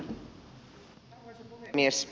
arvoisa puhemies